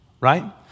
Right